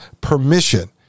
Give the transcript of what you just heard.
permission